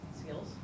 Skills